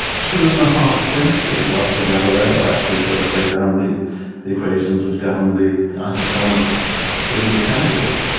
two and a half centuries after galileo actually first laid down the equations which govern the isochronic swing of the pendulum.